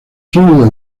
sólidos